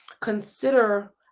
consider